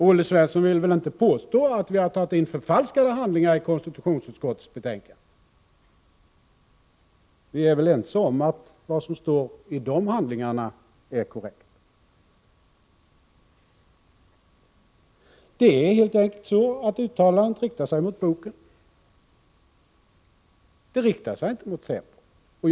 Olle Svensson vill väl inte påstå att vi har tagit in förfalskade handlingar i konstitutionsutskottets betänkande? Vi är väl ense om att det som står i handlingarna där är korrekt? Det är helt enkelt så att uttalandet riktar sig mot boken. Det riktar sig inte mot säpo.